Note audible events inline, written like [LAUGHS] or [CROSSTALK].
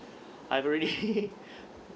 I've already [LAUGHS]